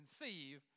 conceive